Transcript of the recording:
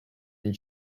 and